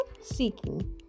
seeking